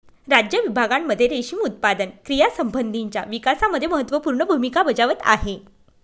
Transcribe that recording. राज्य विभागांमध्ये रेशीम उत्पादन क्रियांसंबंधीच्या विकासामध्ये महत्त्वपूर्ण भूमिका बजावत आहे